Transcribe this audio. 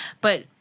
But-